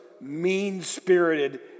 mean-spirited